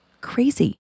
crazy